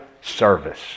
service